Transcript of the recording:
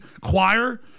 choir